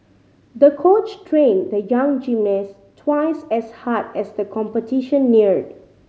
the coach trained the young gymnast twice as hard as the competition neared